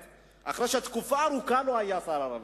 אחרי שתקופה ארוכה לא היה שר רווחה,